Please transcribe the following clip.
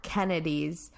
Kennedy's